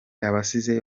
abasize